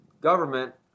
government